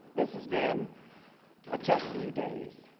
this has been a tough few days.